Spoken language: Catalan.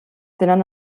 tenen